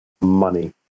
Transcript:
money